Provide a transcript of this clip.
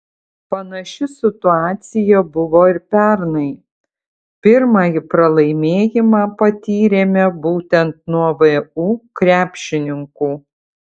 panaši situacija buvo ir pernai pirmąjį pralaimėjimą patyrėme būtent nuo vu krepšininkų